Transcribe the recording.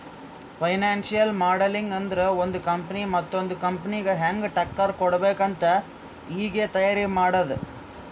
financial modelling ಅಂದುರ್ ಒಂದು company ಮತ್ತೊಂದ್ ಕಂಪನಿಗ ಹ್ಯಾಂಗ್ ಟಕ್ಕರ್ ಕೊಡ್ಬೇಕ್ ಅಂತ್ ಈಗೆ ತೈಯಾರಿ ಮಾಡದ್ದ್